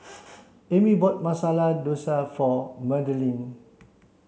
Amie bought Masala Dosa for Madalyn